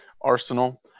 Arsenal